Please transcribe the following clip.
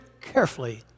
carefully